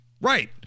Right